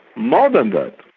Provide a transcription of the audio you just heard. more than that,